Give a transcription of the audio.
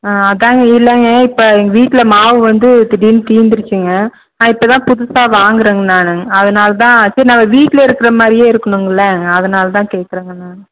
அதான்ங்க இல்லைங்க இப்போ எங்கள் வீட்டில் மாவு வந்து திடீர்னு தீர்ந்துருச்சுங்க நான் இப்போ தான் புதுசாக வாங்குறேங்க நானு அதனால தான் சரி நம்ம வீட்டில் இருக்கிற மாதிரியே இருக்கணும்ங்கில்ல அதனால தான் கேக்கிறேங்க நான்